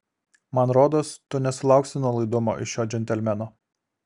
man rodos tu nesulauksi nuolaidumo iš šio džentelmeno